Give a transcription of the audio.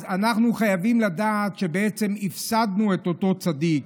אנחנו חייבים לדעת שהפסדנו את אותו צדיק,